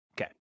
Okay